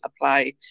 apply